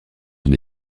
sont